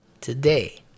today